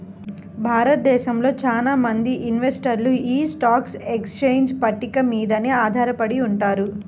భారతదేశంలో చాలా మంది ఇన్వెస్టర్లు యీ స్టాక్ ఎక్స్చేంజ్ పట్టిక మీదనే ఆధారపడి ఉంటారు